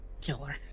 Killer